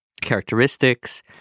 characteristics